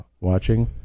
watching